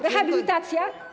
Rehabilitacja?